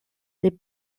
they